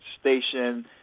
station